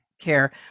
care